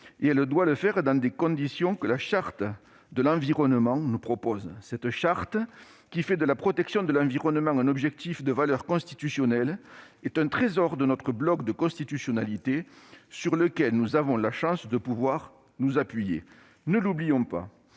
». Elle doit le faire dans les conditions que la Charte de l'environnement nous propose. Cette Charte, qui fait de la protection de l'environnement un objectif de valeur constitutionnelle, est un trésor de notre bloc de constitutionnalité sur lequel nous avons la chance de pouvoir nous appuyer. Ne l'oublions pas.